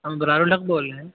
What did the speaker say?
ہم برار الحق بول رہے ہیں